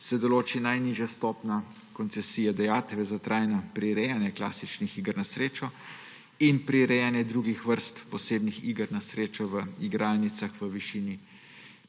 se določi najnižja stopnja koncesijske dajatve za trajno prirejanje klasičnih iger na srečo in prirejanje drugih vrst posebnih iger na srečo v igralnicah v višini